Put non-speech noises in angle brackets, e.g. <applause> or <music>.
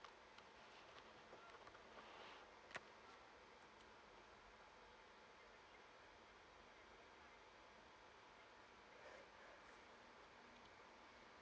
<breath>